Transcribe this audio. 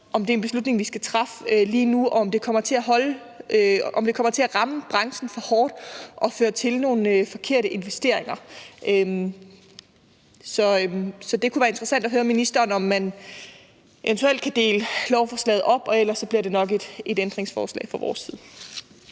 om det er en beslutning, vi skal træffe lige nu, og om det kommer til at ramme branchen for hårdt og føre til nogle forkerte investeringer. Så det kunne være interessant at høre ministeren, om man eventuelt kunne dele lovforslaget op, og ellers bliver det nok et ændringsforslag fra vores side.